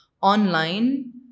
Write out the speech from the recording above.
online